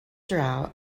draw